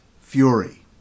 Fury